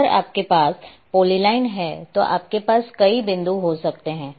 अगर आपके पास पॉलीलाइन हैं तो आपके पास कई बिंदु हो सकते हैं